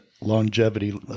longevity